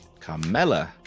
carmella